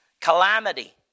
Calamity